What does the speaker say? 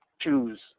choose